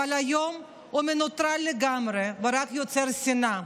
אבל היום הוא מנוטרל לגמרי ורק יוצר שנאה.